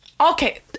Okay